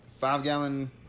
five-gallon